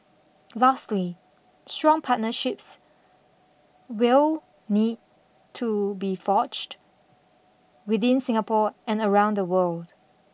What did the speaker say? lastly strong partnerships will need to be forged within Singapore and around the world